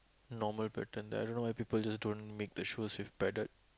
normal pattern that I don't know why people just don't make the shoes with padded